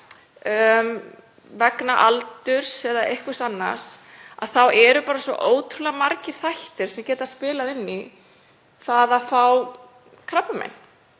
vegna aldurs eða einhvers annars, þá eru bara svo ótrúlega margir þættir sem geta spilað inn í það að fá krabbamein.